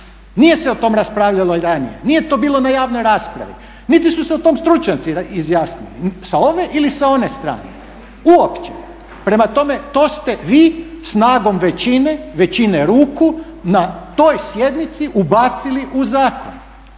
Nije se o tome raspravljalo i ranije, nije to bilo na javnoj raspravi niti su se o tome stručnjaci izjasnili sa ove ili sa one strane. Uopće. Prema tome to ste vi, snagom većine, većine ruku na toj sjednici ubacili u zakon